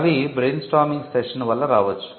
అవి brainstorming session వల్ల రావచ్చు